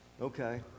Okay